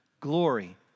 glory